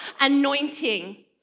anointing